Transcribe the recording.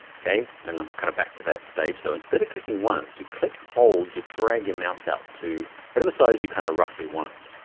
okay? and i'm kinda kind of back to that stage. so instead of clicking once, you click, hold, you drag your mouse out to whatever size you kind of roughly want it.